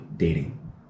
Dating